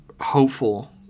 hopeful